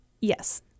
Yes